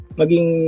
maging